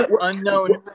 unknown